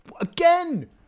Again